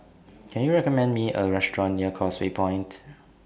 Can YOU recommend Me A Restaurant near Causeway Point